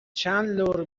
چندلر